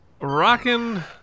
rocking